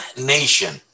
nation